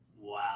Wow